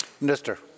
Minister